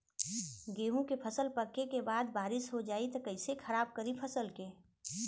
गेहूँ के फसल पकने के बाद बारिश हो जाई त कइसे खराब करी फसल के?